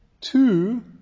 two